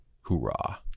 hoorah